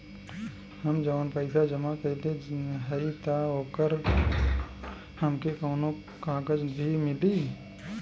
हम जवन पैसा जमा कइले हई त ओकर हमके कौनो कागज भी मिली?